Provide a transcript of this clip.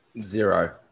Zero